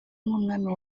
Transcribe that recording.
nk’umwami